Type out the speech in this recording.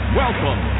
welcome